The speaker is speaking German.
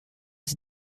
sie